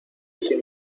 sin